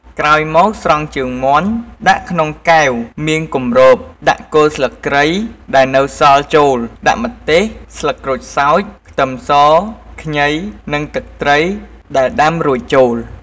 ក្រោយមកស្រង់ជើងមាន់ដាក់ក្នុងកែវមានគំរប ដាក់គល់ស្លឹកគ្រៃ ដែលនៅសល់ចូល ដាក់ម្ទេស ស្លឹកក្រូចសើច ខ្ទឹមស ខ្ញី និងទឹកត្រីដែលដាំរួចចូល។